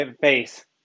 face